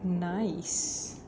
nice